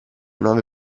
nuove